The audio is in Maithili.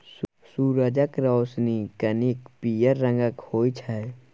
सुरजक रोशनी कनिक पीयर रंगक होइ छै